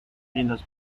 lindos